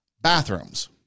bathrooms